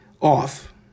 off